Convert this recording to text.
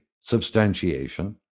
substantiation